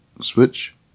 Switch